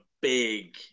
big